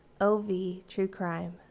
OVTrueCrime